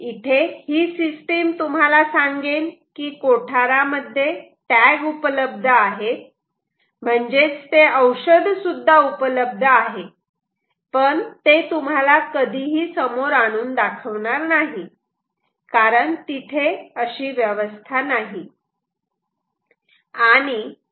इथे ही सिस्टीम तुम्हाला सांगेन कि कोठारा मध्ये टॅग उपलब्ध आहे म्हणजेच ते औषध सुद्धा उपलब्ध आहे पण ते तुम्हाला कधीही समोर आणुन दाखवणार नाही कारण तिथे अशी व्यवस्था नाही